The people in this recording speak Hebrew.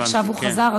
ועכשיו הוא חזר,